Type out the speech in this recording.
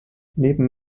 neben